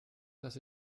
dass